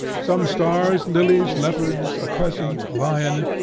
some stars, lilies, leopards, a crescent, a lion,